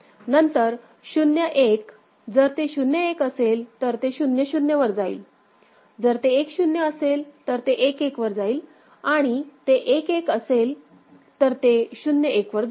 नंतर 0 1 जर ते 0 1 असेल तर ते 0 0 वर जाईल जर ते 1 0 असेल तर ते 1 1 वर जाईल आणि ते 1 1 असेल तर ते 0 1 वर जाईल